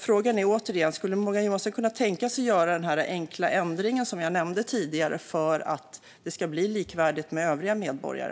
Frågan är återigen: Skulle Morgan Johansson kunna tänka sig att göra den enkla ändring som jag nämnde tidigare för att det ska bli likvärdigt med vad som gäller för övriga medborgare?